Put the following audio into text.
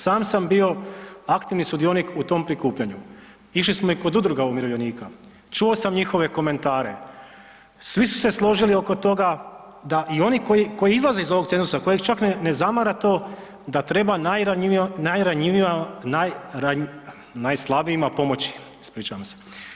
Sam sam bio aktivni sudionik u tom prikupljanju, išli smo i kod udruga umirovljenika, čuo sam njihove komentare, svi su se složili oko toga, da i oni koji izlaze iz ovog cenzusa, kojeg čak ne zamara to, da treba .../nerazumljivo/... najslabijima pomoći, ispričavam se.